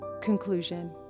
Conclusion